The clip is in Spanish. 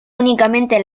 únicamente